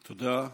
תודה.